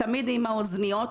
תמיד היא עם האוזניות.